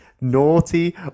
naughty